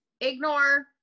ignore